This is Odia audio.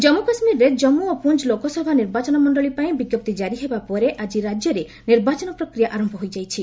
ଜାନ୍ମୁ କାଶ୍ମୀରରେ ଜାମ୍ମୁ ଓ ପୁଞ୍ଜ ଲୋକସଭା ନିର୍ବାଚନ ମଣ୍ଡଳୀ ପାଇଁ ବିଜ୍ଞପ୍ତି ଜାରି ହେବା ପରେ ଆଜି ରାଜ୍ୟରେ ନିର୍ବାଚନ ପ୍ରକ୍ରିୟା ଆରମ୍ଭ ହୋଇଯାଇଛି